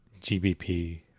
GBP